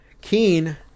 keen